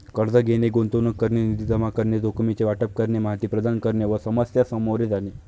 कर्ज घेणे, गुंतवणूक करणे, निधी जमा करणे, जोखमीचे वाटप करणे, माहिती प्रदान करणे व समस्या सामोरे जाणे